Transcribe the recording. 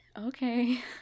Okay